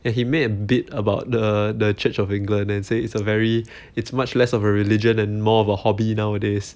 ya he made a bit about the the church of england then say it's a very it's much less of a religion and more of a hobby nowadays